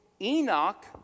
Enoch